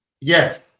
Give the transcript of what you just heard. Yes